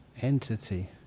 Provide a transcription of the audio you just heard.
entity